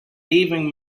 leaving